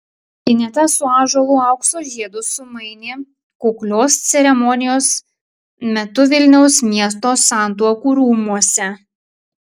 ineta su ąžuolu aukso žiedus sumainė kuklios ceremonijos metu vilniaus miesto santuokų rūmuose